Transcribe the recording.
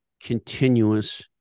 continuous